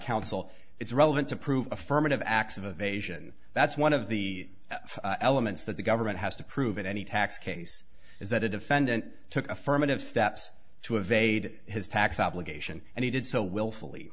counsel it's relevant to prove affirmative acts of evasion that's one of the elements that the government has to prove that any tax case is that a defendant took affirmative steps to evade his tax obligation and he did so willfully